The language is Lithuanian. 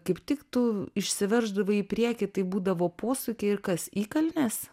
kaip tik tu išsiverždavai į priekį taip būdavo posūkiai ir kas įkalnės